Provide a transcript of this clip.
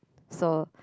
so